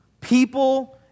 people